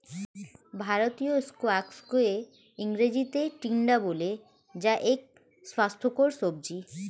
ভারতীয় স্কোয়াশকে ইংরেজিতে টিন্ডা বলে যা এক স্বাস্থ্যকর সবজি